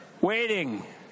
waiting